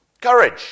Courage